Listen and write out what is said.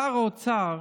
שר האוצר